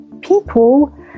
people